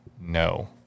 no